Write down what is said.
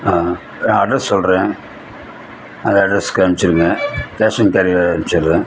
address சொல்கிறேன் அந்த அட்ரஸுக்கு அனுப்பிச்சிடுங்க கேஷ் அண்ட் கேரியில் அனுப்பிச்சிறேன்